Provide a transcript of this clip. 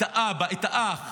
את האבא, את האח,